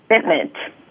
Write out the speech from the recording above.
commitment